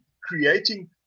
creating